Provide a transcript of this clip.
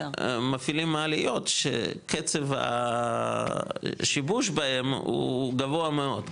מפעילי מעליות שקצב השיבוש בהם הוא גבוה מאוד,